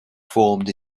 formed